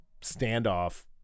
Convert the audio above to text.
standoff